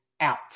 out